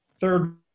Third